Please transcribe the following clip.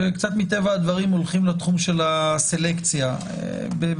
שקצת מטבע הדברים הולכים לתחום של הסלקציה במועדונים,